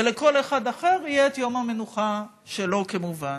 ולכל אחד אחר יהיה את יום המנוחה שלו, כמובן.